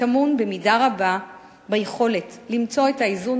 טמון במידה רבה ביכולת למצוא את האיזון